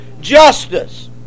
justice